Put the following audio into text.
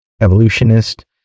evolutionist